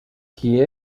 qui